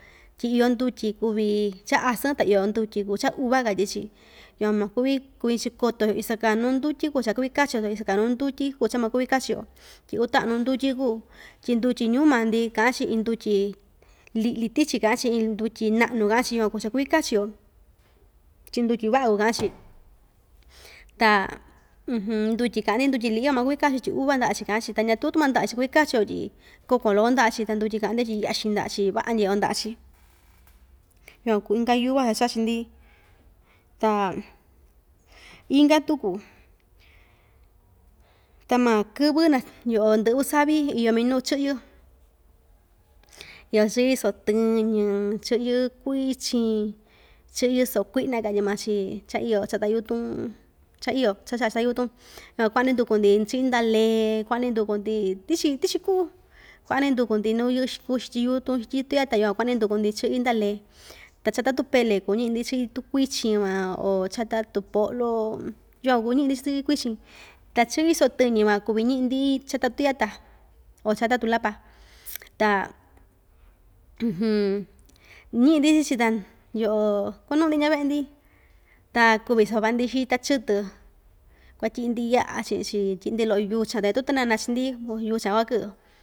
Tyi iyo ndutyi kuvi cha asɨn ta iyo ndutyi kuu cha uva katyi‑chi yukuan maakuvi kuñi‑chi koto‑yo iso kaa nuu ndutyi kuu cha kuvi kachi‑yo so iso kaa nuu ndutyi kuu cha makuvi kachi‑yo tyi uu taꞌan nuu ndutyi kuu tyi ndutyi ñuu maa‑ndi kaꞌan‑chi iin ndutyi liꞌli tichi kaꞌan‑chi iin dutyi naꞌnu kaꞌa‑chi yukuan kuu cha kuvi kachi‑yo, tyi ndutyi vaꞌa kuu kaꞌan‑chi ta ndutyi kaꞌan‑ndi ndutyi liꞌi van makuvi kachi‑chi tyi uva ndaꞌa‑chi kaꞌan‑chi ta ñatuu tumaa ndaꞌa‑chi cha kuvi kachi‑yo tyi kokon loko ndaꞌa‑chi ta ndutyi kaꞌa‑ndi tyi yaxin ndaꞌa‑chi vaꞌa ndyeꞌe‑yo ndaꞌa‑chi yukuan kuu inka yuva cha chachi‑ndi, ta inka tuku ta maa kɨvɨ naa yoꞌo ndɨꞌvɨ savi iyo minuu chiꞌyɨ iyo chiꞌyɨ soꞌo tɨñɨ chɨꞌyɨ kuichin chɨꞌyɨ soꞌo kuina katyi maa‑chi cha iyo chata yutun cha iyo cha chaꞌa chata yutun yukuan kuaꞌa‑ndi nduku‑ndi ndaꞌa lee kuaꞌa‑ndi nduku‑ndi tichi tichi kuꞌu kuaꞌan‑ndi nduku‑ndi nuu yɨꞌɨ yutun xityin tɨya‑ta iyo van kuaꞌan‑ndi nduku‑ndi chɨꞌyɨ ndaꞌa lee ta chata tupele kuu ñiꞌi‑ndi chɨꞌyɨ tuu kuichin van oo chata tuu poꞌlo yukuan kuvi ñiꞌi‑ndi stɨꞌyɨ kuichin ta chɨꞌyɨ soꞌo tɨñɨ van kuvi ñiꞌi‑ndi chata tuyata o chata tuu lapa ta ñiꞌi‑ndi chii‑chi ta yoꞌo kuanuꞌu‑ndi ndyaa veꞌe‑ndi ta kuvi savaꞌa‑ndi xita chɨtɨ kuatyiꞌi‑ndi yaꞌa chiꞌin‑chi tyiꞌi‑ndi loꞌo yuchan ta ñatuu tɨnana chii‑ndi kua yuchan kuakɨꞌɨ.